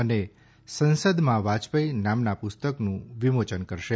અને સંસદમાં વાજપાઈ નામના પુસ્તકનું વિમોચન કરશે